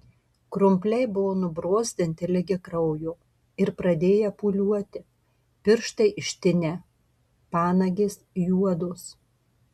krumpliai buvo nubrozdinti ligi kraujo ir pradėję pūliuoti pirštai ištinę panagės juodos